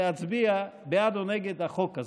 להצביע בעד או נגד החוק הזה.